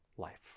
life